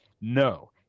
no